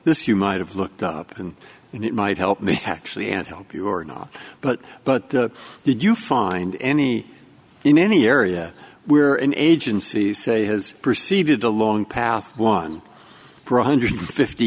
this you might have looked up and it might help me actually and help you or not but but did you find any in any area where an agency say has proceeded a long path one hundred and fifty